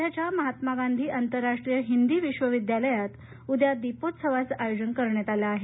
वर्ध्याच्या महात्मा गांधी आंतरराष्ट्रीय हिंदी विश्वविद्यालयात उद्या दीपोत्सवाचं आयोजन करण्यात आलं आहे